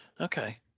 Okay